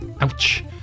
Ouch